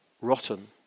rotten